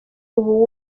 ubu